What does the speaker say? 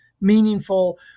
meaningful